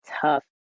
tough